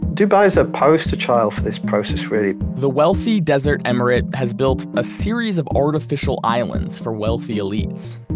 dubai is a poster child for this process really. the wealthy desert emirate has built a series of artificial islands for wealthy elites.